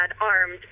armed